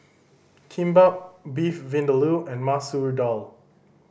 Kimbap Beef Vindaloo and Masoor Dal